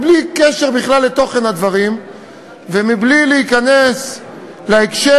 בלי קשר בכלל לתוכן הדברים ובלי להיכנס להקשר